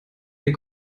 den